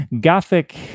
Gothic